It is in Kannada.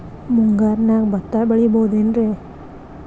ಮುಂಗಾರಿನ್ಯಾಗ ಭತ್ತ ಬೆಳಿಬೊದೇನ್ರೇ?